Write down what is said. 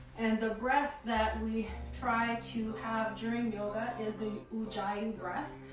and the breath that we try to have during yoga is the ujjayi and breath,